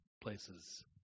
Places